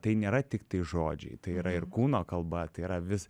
tai nėra tiktai žodžiai tai yra ir kūno kalba tai yra vis